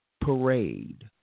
parade